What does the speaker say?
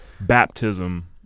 baptism